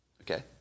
okay